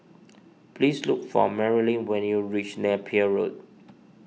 please look for Marilyn when you reach Napier Road